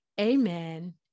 amen